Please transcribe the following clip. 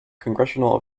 congressional